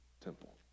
temple